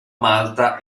malta